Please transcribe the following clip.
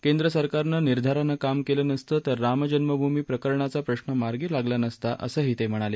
केंद्र सरकारनं निर्धारानं काम केलं नसतं तर राम जन्मभूमी प्रकरणाचा प्रश्न मार्गी लागला नसता असंही ते म्हणाले